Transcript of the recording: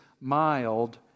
Mild